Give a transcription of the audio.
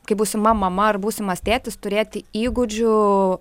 kaip būsima mama ar būsimas tėtis turėti įgūdžių